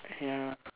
ya